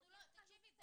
תקשיבי,